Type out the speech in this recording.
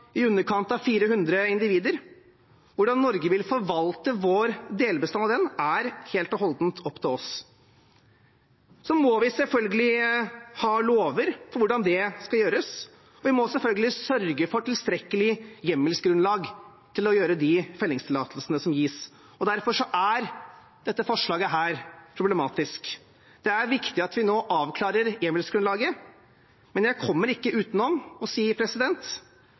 i underkant av 400 individer. Hvordan Norge vil forvalte sin delbestand av den, er helt og holdent opp til oss. Vi må selvfølgelig ha lover for hvordan det skal gjøres. Vi må selvfølgelig sørge for et tilstrekkelig hjemmelsgrunnlag for de fellingstillatelsene som gis. Derfor er dette forslaget problematisk. Det er viktig at vi nå avklarer hjemmelsgrunnlaget, men jeg kommer ikke utenom å si